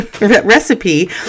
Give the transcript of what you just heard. recipe